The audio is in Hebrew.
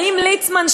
האם ליצמן,